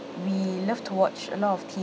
we love to watch a lot of